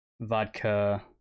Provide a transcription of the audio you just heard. vodka